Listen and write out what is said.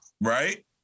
Right